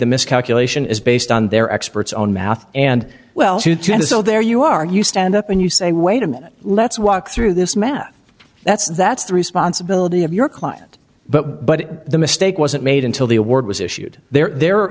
the miscalculation is based on their experts on math and well and so there you are you stand up and you say wait a minute let's walk through this math that's the that's the responsibility of your client but but the mistake wasn't made until the award was issued their